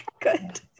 Good